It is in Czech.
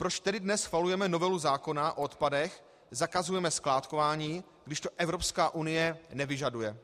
Proč tedy dnes schvalujeme novelu zákona o odpadech, zakazujeme skládkování, když to Evropská unie nevyžaduje?